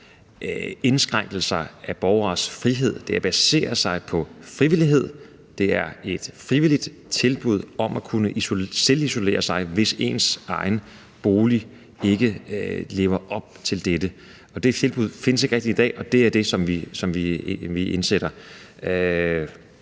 indskrænkelser af borgeres frihed. Det baserer sig på frivillighed, det er et frivilligt tilbud om at kunne selvisolere sig, hvis ens egen bolig ikke lever op til dette. Det tilbud findes ikke rigtig i dag, og det er det, som vi indsætter.